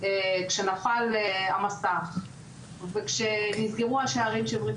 כשנפל המסך וכשנסגרו השערים של ברית